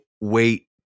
wait